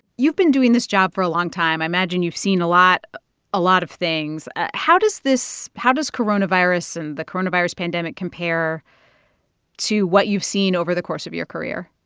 you've been doing this job for a long time. i imagine you've seen a lot a lot of things. how does this how does coronavirus and the coronavirus pandemic compare to what you've seen over the course of your career?